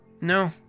No